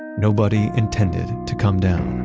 nobody intended to come down.